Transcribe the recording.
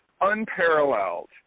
unparalleled